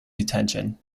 detention